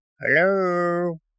Hello